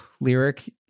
lyric